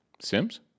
Sims